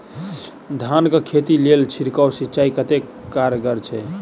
धान कऽ खेती लेल छिड़काव सिंचाई कतेक कारगर छै?